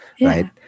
Right